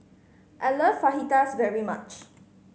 I like Fajitas very much